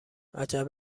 عجب